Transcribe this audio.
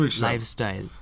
lifestyle